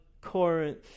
Corinth